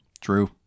True